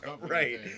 right